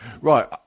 right